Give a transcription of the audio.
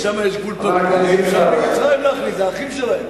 כי שם יש גבול, זה האחים שלהם.